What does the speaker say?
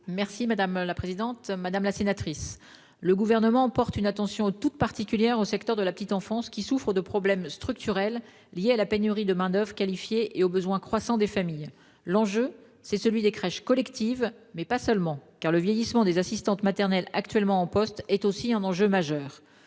Mme la ministre déléguée. Madame la sénatrice, le Gouvernement porte une attention particulière au secteur de la petite enfance, qui souffre de problèmes structurels liés à la pénurie de main-d'oeuvre qualifiée et aux besoins croissants des familles. L'enjeu est celui des crèches collectives, mais pas seulement. Car le vieillissement des assistantes maternelles actuellement en poste est aussi un enjeu majeur.